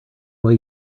way